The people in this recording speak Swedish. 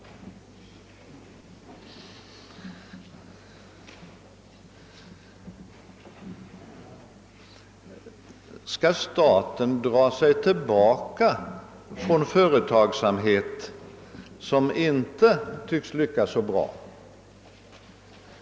Skall staten dra sig tillbaka från företagsamhet som inte tycks lyckas tillräckligt bra?